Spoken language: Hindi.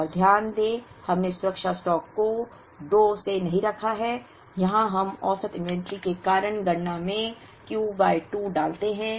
और ध्यान दें कि हमने सुरक्षा स्टॉक को 2 से नहीं रखा है यहाँ हम औसत इन्वेंट्री के कारण गणना में Q बाय 2 डालते हैं